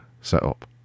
setup